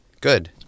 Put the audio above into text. Good